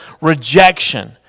Rejection